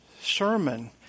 sermon